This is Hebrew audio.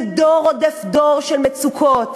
ודור רודף דור של מצוקות.